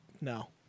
no